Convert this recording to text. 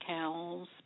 cows